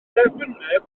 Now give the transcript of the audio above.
dderbynneb